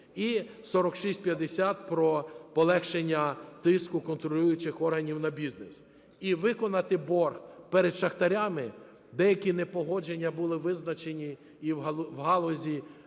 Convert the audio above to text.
І 4650 про полегшення тиску контролюючих органів на бізнес. І виконати борг перед шахтарями. Деякі непогодження були визначені і в галузі